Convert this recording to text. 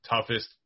toughest